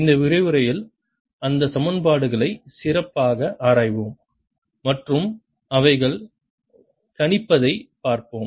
இந்த விரிவுரையில் அந்த சமன்பாடுகளை சிறப்பாக ஆராய்வோம் மற்றும் அவர்கள் கணிப்பதைப் பார்ப்போம்